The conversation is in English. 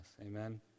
Amen